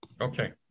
Okay